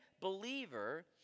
Believer